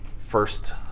first